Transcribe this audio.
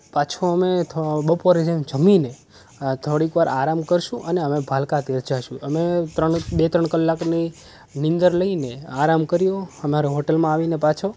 પાછો અમે બપોરે જેમ જમીને થોડીક વાર આરામ કરીશું અને અમે ભાલકા તીર્થ જઈશું અમે ત્રણ બે ત્રણ કલાકની નિંદર લઈને આરામ કર્યો અમાર હોટલમાં આવીને પાછો